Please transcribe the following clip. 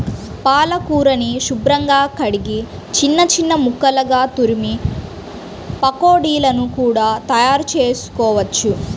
పాలకూరని శుభ్రంగా కడిగి చిన్న చిన్న ముక్కలుగా తురిమి పకోడీలను కూడా తయారుచేసుకోవచ్చు